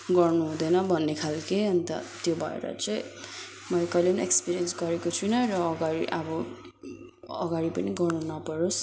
गर्नु हुँदैन भन्ने खाल्को अन्त त्यो भएर चाहिँ मैले कहिले पनि एक्सपिरियन्स गरेको छुइनँ र अघाडि अब अघाडि पनि गर्नु नपरोस्